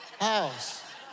house